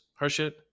Harshit